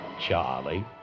Charlie